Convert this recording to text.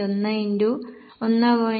1 x 1